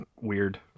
weird